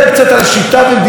אף אחד כאן,